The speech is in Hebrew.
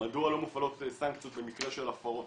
מדוע לא מופעלות סנקציות במקרה של הפרות?